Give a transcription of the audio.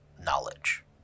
knowledge